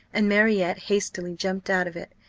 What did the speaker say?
and marriott hastily jumped out of it.